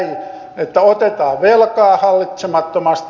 että otetaan velkaa hallitsemattomasti